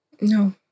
no